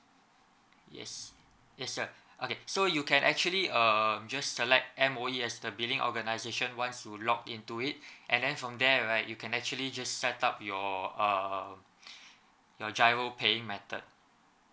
yes yes sir okay so you can actually um just select M_O_E as the billing organisation once you login to it and then from there right you can actually just set up your err your giro paying method